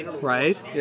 right